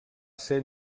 ser